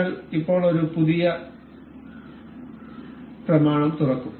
നിങ്ങൾ ഇപ്പോൾ ഒരു പുതിയ പ്രമാണം തുറക്കും